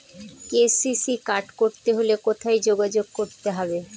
KCC card করতে হলে কোথায় যোগাযোগ করতে হবে?